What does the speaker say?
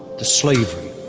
the slavery,